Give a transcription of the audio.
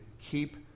keep